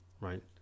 right